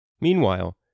Meanwhile